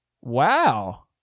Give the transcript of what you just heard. Wow